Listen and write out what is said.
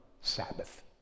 Sabbath